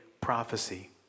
prophecy